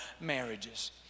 marriages